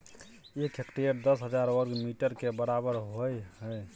एक हेक्टेयर दस हजार वर्ग मीटर के बराबर होय हय